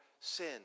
sin